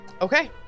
Okay